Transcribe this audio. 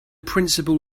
principle